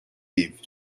livre